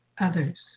others